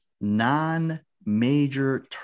non-major